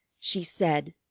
she said.